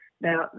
Now